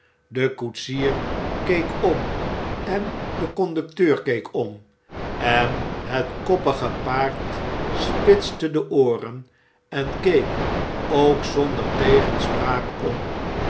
de koetsier keek om en de conducteur keek om en het koppige paard spitste de ooren en keek ook zonder tegenspraak om